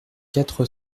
quatre